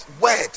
Word